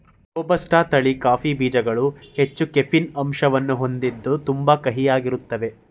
robusta ತಳಿ coffee ಬೀಜ್ಗಳು ಹೆಚ್ಚು ಕೆಫೀನ್ ಅಂಶನ ಹೊಂದಿದ್ದು ತುಂಬಾ ಕಹಿಯಾಗಿರ್ತಾವೇ